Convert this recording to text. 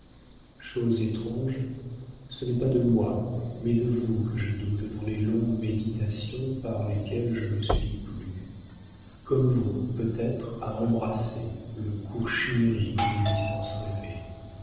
chose étrange ce n'est pas de moi mais de vous que je doute dans les longues méditations par lesquelles je me suis plu comme vous peut-être à embrasser le cours chimérique d'une existence rêvée